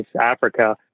Africa